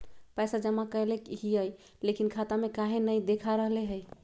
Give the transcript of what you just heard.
पैसा जमा कैले हिअई, लेकिन खाता में काहे नई देखा रहले हई?